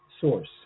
source